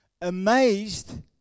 amazed